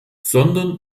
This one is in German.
sondern